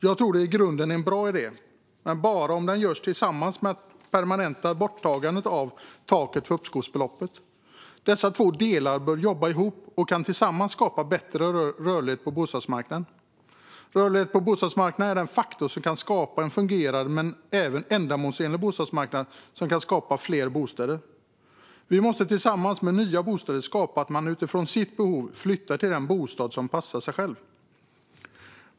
Jag tror att det i grunden är en bra idé, men bara om det görs tillsammans med ett permanent borttagande av taket för uppskovsbeloppet. Dessa två delar bör jobba ihop och kan tillsammans skapa bättre rörlighet på bostadsmarknaden. Rörlighet på bostadsmarknaden är den faktor som kan skapa en fungerande men även ändamålsenlig bostadsmarknad, vilket i sin tur kan skapa fler bostäder. Vi måste tillsammans med nya bostäder skapa möjlighet att utifrån sina behov flytta till den bostad som passar en själv.